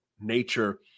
nature